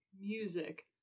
Music